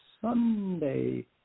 Sunday